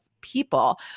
people